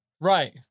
right